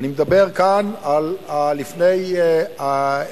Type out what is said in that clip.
אני מדבר כאן על לפני 1948,